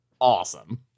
Awesome